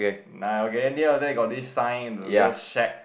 nine okay in the end there got this sign the shack